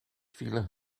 vielen